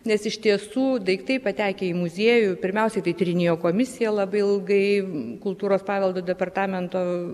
nes iš tiesų daiktai patekę į muziejų pirmiausiai tai tyrinėjo komisija labai ilgai kultūros paveldo departamento